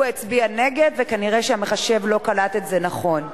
הוא הצביע נגד וכנראה המחשב לא קלט את זה נכון.